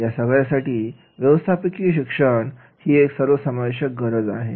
या सगळ्यासाठी व्यवस्थापकिय शिक्षण ही सर्वसमावेशक गरज आहे